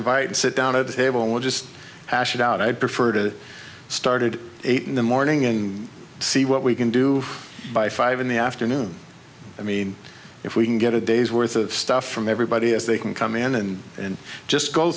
invite to sit down at the table and just hash it out i'd prefer to started eight in the morning and see what we can do by five in the afternoon i mean if we can get a day's worth of stuff from everybody as they can come in and and just go